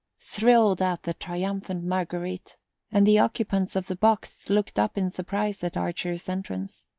thrilled out the triumphant marguerite and the occupants of the box looked up in surprise at archer's entrance.